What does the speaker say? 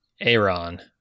Aaron